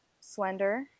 slender